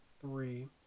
three